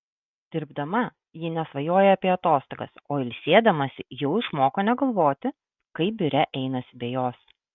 dirbdama ji nesvajoja apie atostogas o ilsėdamasi jau išmoko negalvoti kaip biure einasi be jos